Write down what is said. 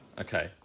Okay